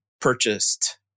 purchased